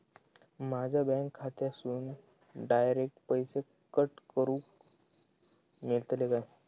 माझ्या बँक खात्यासून डायरेक्ट पैसे कट करूक मेलतले काय?